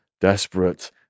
desperate